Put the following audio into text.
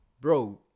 Bro